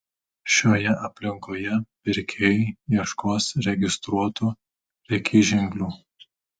šioje aplinkoje pirkėjai ieškos registruotų prekyženklių